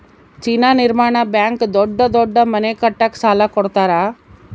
China ನಿರ್ಮಾಣ bank ದೊಡ್ಡ ದೊಡ್ಡ ಮನೆ ಕಟ್ಟಕ ಸಾಲ ಕೋಡತರಾ